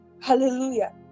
hallelujah